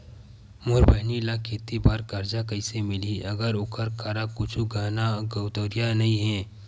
मोर बहिनी ला खेती बार कर्जा कइसे मिलहि, अगर ओकर करा कुछु गहना गउतरा नइ हे?